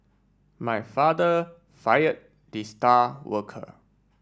my father fired the star worker